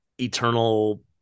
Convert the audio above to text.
eternal